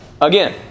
Again